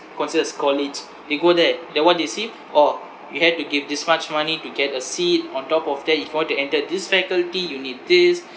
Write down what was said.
consider as college they go there then what they say orh you have to give this much money to get a seat on top of that before they enter this faculty you need this